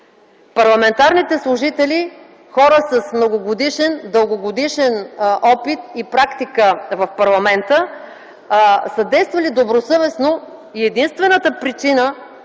парламентарните служители – хора с многогодишен, дългогодишен опит и практика в парламента, са действали добросъвестно и единствената причина